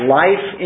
life